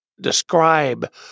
Describe